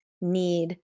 need